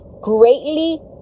greatly